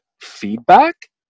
feedback